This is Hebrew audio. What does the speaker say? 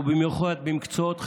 ובייחוד במקצועות חשובים,